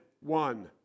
one